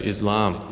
Islam